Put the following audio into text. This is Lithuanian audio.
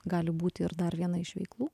gali būti ir dar viena iš veiklų